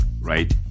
right